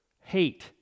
hate